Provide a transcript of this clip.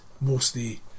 Mostly